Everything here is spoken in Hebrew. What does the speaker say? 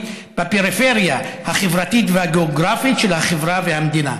בפריפריה החברתית והגיאוגרפית של החברה והמדינה.